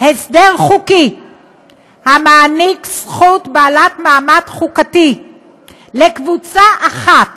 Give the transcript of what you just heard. הסדר חוקי המעניק זכות בעלת מעמד חוקתי לקבוצה אחת